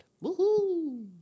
Woo-hoo